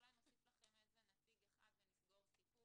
אולי נוסיף לכם נציג אחד ונסגור סיפור.